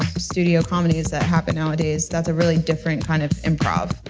studio comedies that happen nowadays, that's a really different kind of improv.